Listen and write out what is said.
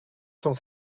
cent